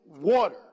water